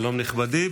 שלום, נכבדי.